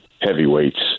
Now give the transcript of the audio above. heavyweights